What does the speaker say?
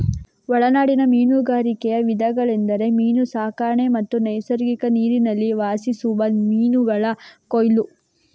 ಒಳನಾಡಿನ ಮೀನುಗಾರಿಕೆಯ ವಿಧಗಳೆಂದರೆ ಮೀನು ಸಾಕಣೆ ಮತ್ತು ನೈಸರ್ಗಿಕ ನೀರಿನಲ್ಲಿ ವಾಸಿಸುವ ಮೀನುಗಳ ಕೊಯ್ಲು